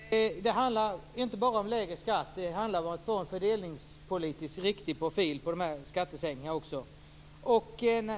Fru talman! Det handlar inte bara om lägre skatt. Det handlar också om att få en fördelningspolitiskt riktig profil på dessa skattesänkningar.